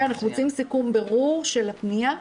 אנחנו מוציאים סיכום בירור של הפניה.